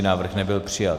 Návrh nebyl přijat.